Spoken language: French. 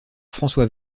françois